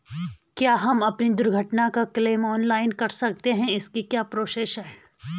क्या हम अपनी दुर्घटना का क्लेम ऑनलाइन कर सकते हैं इसकी क्या प्रोसेस है?